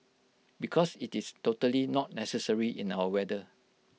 because IT is totally not necessary in our weather